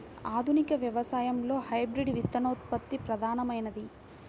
ఆధునిక వ్యవసాయంలో హైబ్రిడ్ విత్తనోత్పత్తి ప్రధానమైనది